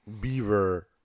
beaver